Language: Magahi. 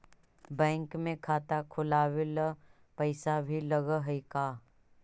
बैंक में खाता खोलाबे ल पैसा भी लग है का?